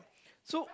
so